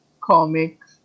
comics